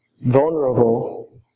vulnerable